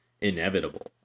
inevitable